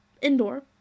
indoor